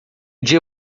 dia